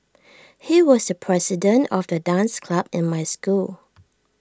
he was the president of the dance club in my school